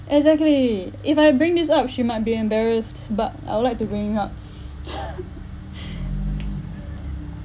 exactly if I bring this up she might be embarrassed but I would like to bring it up